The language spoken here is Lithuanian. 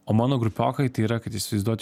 o mano grubokai tai yra kad įsivaizduot